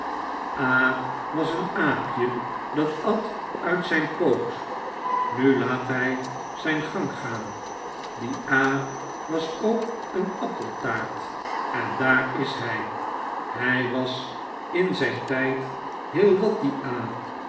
a was een aapje dat at uit zp poot nu laat hij zp gang gaan die a was ook een appeltaart en daar is hij hy was in zp tyd heel wat die a